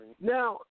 now